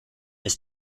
his